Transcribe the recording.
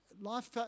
life